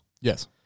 Yes